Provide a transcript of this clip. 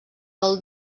del